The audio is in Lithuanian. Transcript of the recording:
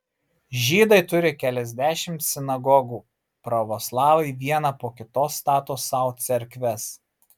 žydai turi keliasdešimt sinagogų pravoslavai vieną po kitos stato sau cerkves